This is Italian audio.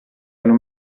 hanno